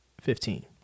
fifteen